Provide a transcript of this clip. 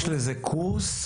יש לזה קורס,